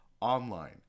online